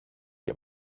και